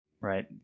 right